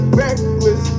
reckless